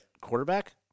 quarterback